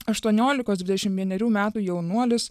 aštuoniolikos dvidešim vienerių metų jaunuolis